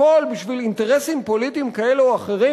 הכול בשביל אינטרסים פוליטיים כאלה או אחרים?